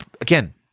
again